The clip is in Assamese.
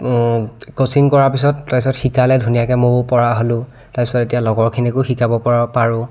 কোচিং কৰা পিছত তাৰপিছত শিকালে ধুনীয়াকৈ ময়ো পৰা হ'লো তাৰপিছত এতিয়া লগৰখিনিকো শিকাব পৰা পাৰোঁ